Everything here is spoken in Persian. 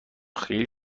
خیلی